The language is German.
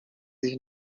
sich